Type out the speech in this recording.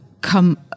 come